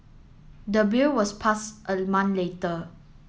the bill was pass a month later